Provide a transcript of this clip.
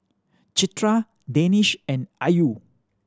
Citra Danish and Ayu